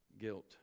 guilt